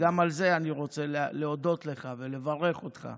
אז גם על זה אני רוצה להודות לך ולברך אותך.